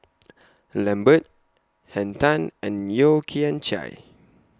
Lambert Henn Tan and Yeo Kian Chai